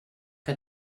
que